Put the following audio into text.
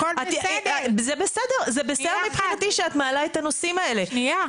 זה בסדר מבחינתי שאת מעלה את הנושא הזה,